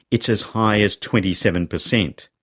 it's as high as twenty seven percent.